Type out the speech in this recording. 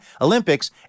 Olympics